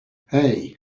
hey